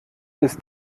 ist